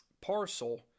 parcel